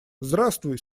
здравствуй